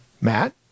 Matt